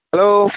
hello